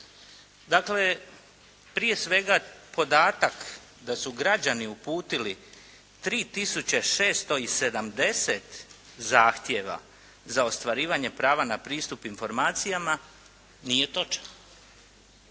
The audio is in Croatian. Dakle, prije svega podatak da su građani uputili 3 tisuće 670 zahtjeva za ostvarivanje prava na pristup informacijama nije točan.